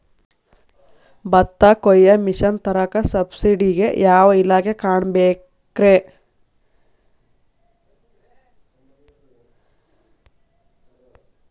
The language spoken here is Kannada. ಭತ್ತ ಕೊಯ್ಯ ಮಿಷನ್ ತರಾಕ ಸಬ್ಸಿಡಿಗೆ ಯಾವ ಇಲಾಖೆ ಕಾಣಬೇಕ್ರೇ?